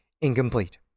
incomplete